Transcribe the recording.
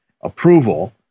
approval